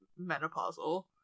menopausal